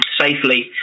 safely